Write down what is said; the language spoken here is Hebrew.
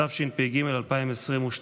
התשפ"ג 2022,